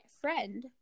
friend